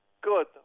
Good